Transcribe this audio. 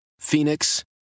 phoenix